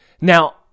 Now